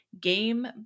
game